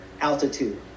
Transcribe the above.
altitude